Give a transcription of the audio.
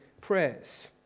prayers